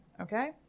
Okay